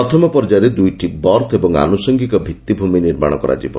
ପ୍ରଥମ ପର୍ଯ୍ୟାୟରେ ଦୁଇଟି ବର୍ଥ ଏବଂ ଆନୁଷଙ୍ଗିକ ଭିଭିମି ନିର୍ମାଣ କରାଯିବ